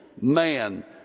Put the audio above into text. man